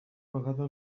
vegada